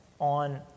on